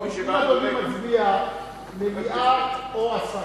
אם אדוני מצביע מליאה או הסרה,